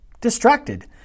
distracted